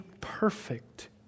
perfect